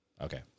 Okay